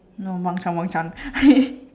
no Mong-Chan Mong-Chan